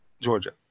Georgia